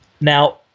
Now